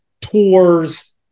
tours